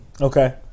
Okay